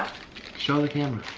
show the camera.